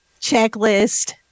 checklist